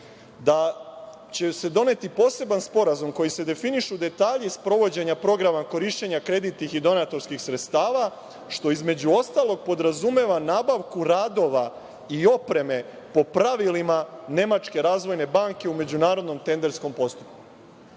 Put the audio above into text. da će se doneti poseban sporazum kojim se definišu detalji sprovođenja programa korišćenja kreditnih i donatorskih sredstava, što između ostalog podrazumeva nabavku radova i opreme po pravilima Nemačke razvojne banke u međunarodnom tenderskom postupku.